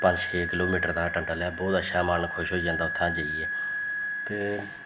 पंज छे kilometre दा टनल ऐ बोह्त अच्छा ऐ मन खुश होई जंदा ऐ उत्थें जाइयै ते